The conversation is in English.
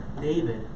David